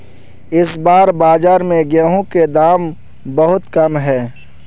इस बार बाजार में गेंहू के दाम बहुत कम है?